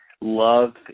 love